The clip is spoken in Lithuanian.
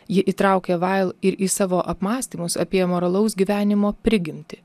ji įtraukė vail ir į savo apmąstymus apie moralaus gyvenimo prigimtį